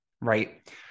Right